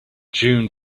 june